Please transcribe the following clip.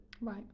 Right